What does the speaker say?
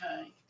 okay